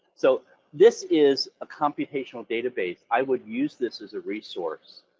so this is a computational database. i would use this as a resource.